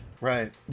Right